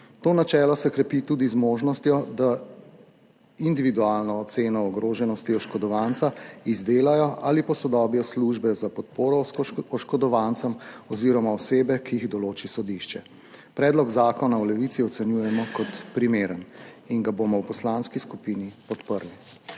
To načelo se krepi tudi z možnostjo, da individualno oceno ogroženosti oškodovanca izdelajo ali posodobijo službe za podporo oškodovancem oziroma osebe, ki jih določi sodišče. Predlog zakona v Levici ocenjujemo kot primeren in ga bomo v poslanski skupini podprli.